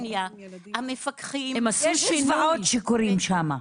יש זוועות שקורים שם.